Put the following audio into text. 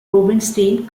rubinstein